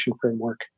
framework